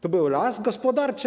To był las gospodarczy?